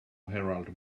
herald